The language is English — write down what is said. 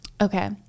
okay